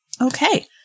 Okay